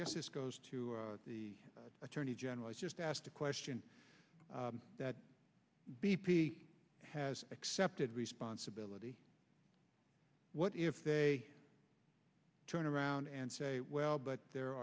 guess this goes to the attorney general i just asked a question that b p has accepted responsibility what if they turn around and say well but there